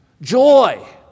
joy